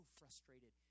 frustrated